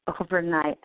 overnight